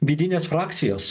vidinės frakcijos